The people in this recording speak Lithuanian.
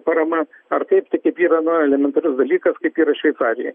parama ar taip tai kaip yra na elementarus dalykas kaip yra šveicarijoj